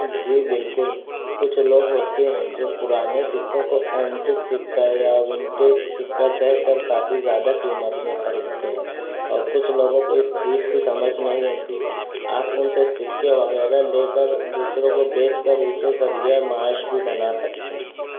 جی بلکل کچھ لوگ ہوتے ہیں جو پرانے سکوں کو اینٹک سکہ یا ونٹیج سکہ کہہ کر کافی زیادہ قیمت میں خریدتے ہیں اور کچھ لوگوں کو اس چیز کی سمجھ نہیں ہوتی ہے آپ ان سے سکے وغیرہ لے کر دوسروں کو بیچ کر اسے ذریعہ معاش بھی بنا سکتے ہیں